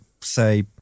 say